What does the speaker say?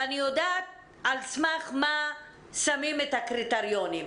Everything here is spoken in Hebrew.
ואני יודעת על סמך מה שמים את הקריטריונים.